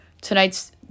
tonight's